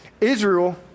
Israel